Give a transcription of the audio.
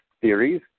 theories